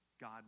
God